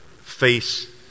face